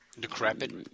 decrepit